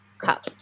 Cup